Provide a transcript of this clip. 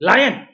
Lion